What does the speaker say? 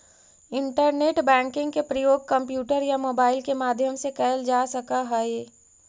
internet banking के प्रयोग computer या मोबाइल के माध्यम से कैल जा सकऽ हइ